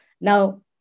Now